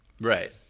Right